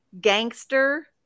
gangster